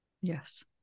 Yes